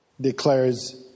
declares